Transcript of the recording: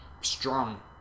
strong